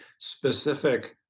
specific